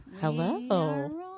Hello